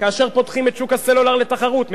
כאשר פותחים את שוק הסלולר לתחרות,